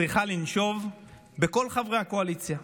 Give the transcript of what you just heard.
צריכה לנשוב בכל חברי הקואליציה.